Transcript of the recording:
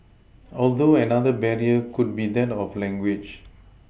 although another barrier could be that of language